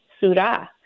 surah